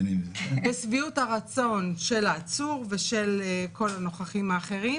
בשביעות הרצון של העצור ושל כל הנוכחים האחרים,